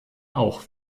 auch